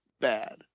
bad